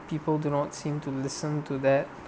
people do not seem to listen to that